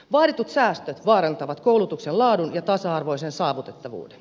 vaaditut säästöt vaarantavat koulutuksen laadun ja tasa arvoisen saatavuuden